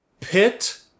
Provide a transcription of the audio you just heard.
pit